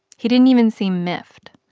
he didn't even seem miffed.